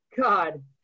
god